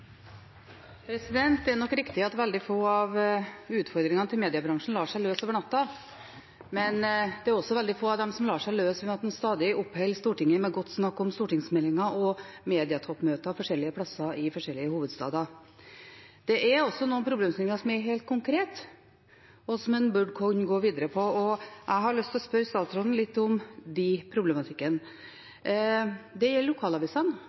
nok riktig at veldig få av utfordringene til mediebransjen lar seg løse over natta, men det er også veldig få av dem som lar seg løse ved at en stadig oppholder Stortinget med godt snakk om stortingsmeldinger og medietoppmøter forskjellige plasser i forskjellige hovedsteder. Det er noen problemstillinger som er helt konkrete, og som en burde kunne gå videre på, og jeg har lyst til å spørre statsråden litt om den problematikken. Det gjelder lokalavisene.